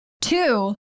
Two